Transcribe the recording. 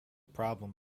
problem